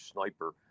sniper